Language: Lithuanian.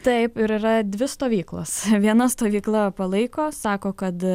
taip ir yra dvi stovyklos viena stovykla palaiko sako kad